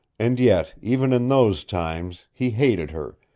and yet, even in those times, he hated her,